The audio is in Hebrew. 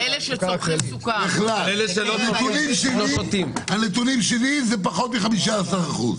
על פי הנתונים שלי זה פחות מ-15%.